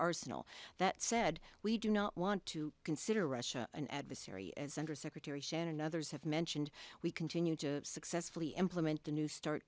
arsenal that said we do not want to consider russia an adversary as under secretary shannon others have mentioned we continue to successfully implement the new start